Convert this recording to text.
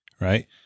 right